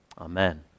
amen